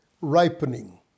ripening